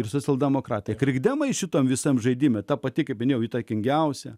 ir socialdemokratai krikdemai šitam visam žaidime ta pati kabinėjo įtakingiausia